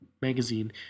magazine